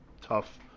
tough